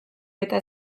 eta